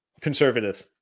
conservative